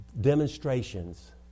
demonstrations